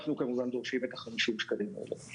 אנחנו כמובן דורשים את ה-50 שקלים האלה.